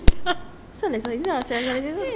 kan